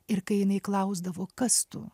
ir kai jinai klausdavo kas tu